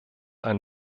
ein